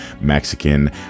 Mexican